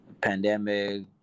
pandemic